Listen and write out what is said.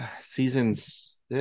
seasons